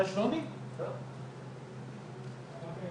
אני אגיד